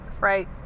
right